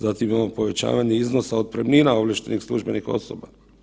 Zatim imamo povećavanje iznosa otpremnina ovlaštenih službenih osoba.